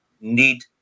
need